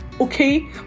okay